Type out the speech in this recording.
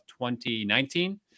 2019